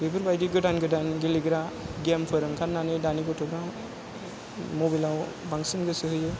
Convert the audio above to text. बेफोरबायदि गोदान गोदान गेलेग्रा गेमफोर ओंखारनानै दानि गथ'फ्रा मबाइलाव बांसिन गोसो होयो